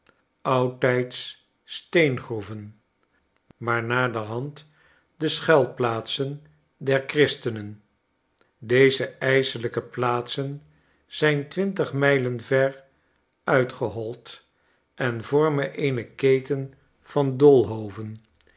oudtijds steengroeven maar naderhand de schuilplaatsen der christenen deze ijselijke plaatsenzyntwintig mijlen ver uitgehoid en vormen eene keten van